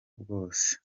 bwose